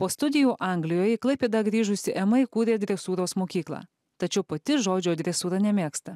po studijų anglijoje į klaipėdą grįžusi ema įkūrė dresūros mokyklą tačiau pati žodžio dresūra nemėgsta